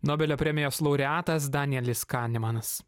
nobelio premijos laureatas danielis kanemanas